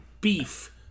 Beef